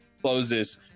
closes